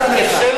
קיבלת שבחים,